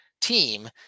team